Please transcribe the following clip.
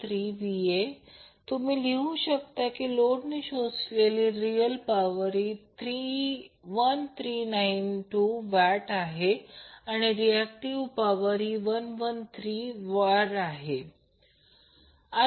66°1392j1113VA तुम्ही लिहू शकता की लोडने शोषलेली रियल पॉवर 1392 Watts आहे आणि रिऍक्टिव्ह पॉवर 1113 VAR आहे